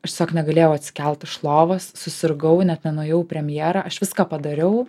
aš tiesiog negalėjau atsikelt iš lovos susirgau net nenuėjau į premjerą aš viską padariau